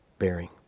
bearing